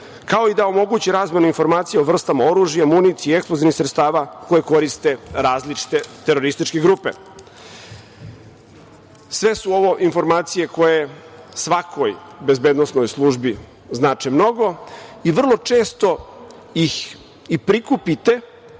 kao i da omogući razmenu informacija o vrstama oružja, municije i eksplozivnih sredstava koje koriste različite terorističke grupe. Sve su ovo informacije koje svakoj bezbednosnoj službi znače mnogo i vrlo često ih i prikupite,